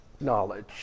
knowledge